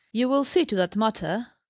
you will see to that matter,